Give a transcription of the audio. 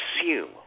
assume